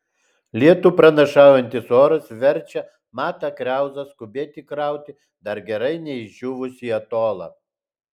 lietų pranašaujantis oras verčia matą kriauzą skubėti krauti dar gerai neišdžiūvusį atolą